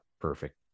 perfect